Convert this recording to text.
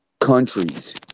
countries